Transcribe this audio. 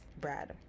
brad